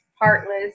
heartless